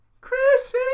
Chris